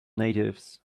natives